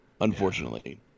unfortunately